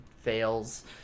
fails